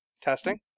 Testing